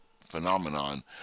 phenomenon